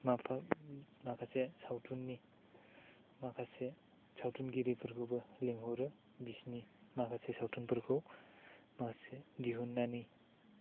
माफा माखासे सावथुननि माखासे सावथुन गिरिफोरखौबो लिंहरो बिसोरनि माखासे सावथुनफोरखौ बासे दिहुन्नानै